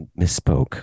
misspoke